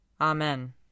Amen